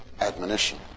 admonition